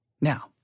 Now